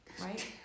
right